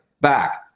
back